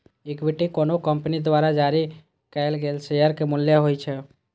equity कोनो company द्वारा जारी कैल गेल शेयर के मूल्य होइ छै